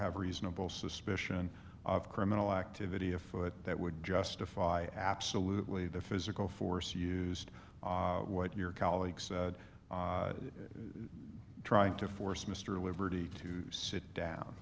have reasonable suspicion of criminal activity afoot that would justify absolutely the physical force used what your colleagues trying to force mr liberty to sit down